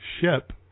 ship